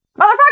Motherfucker